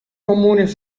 comunes